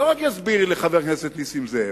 יסביר לא רק לחבר הכנסת נסים זאב,